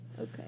Okay